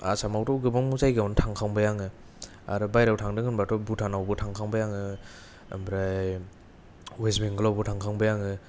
आसामावथ' गोबां जायगायावनो थांखांबाय आङो आरो बायह्रायाव थांदों होनब्लाथ' भुटानावबो थांखांबाय आङो ओमफ्राय वेस्ट बेंगल आवबो थांखांबाय आङो